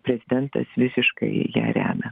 prezidentas visiškai ją remia